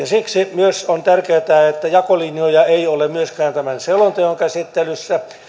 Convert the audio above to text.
siksi on tärkeätä että jakolinjoja ei ole myöskään tämän selonteon käsittelyssä